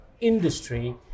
industry